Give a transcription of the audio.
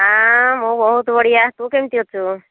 ହଁ ମୁଁ ବହୁତ ବଢ଼ିଆ ତୁ କେମିତି ଅଛୁ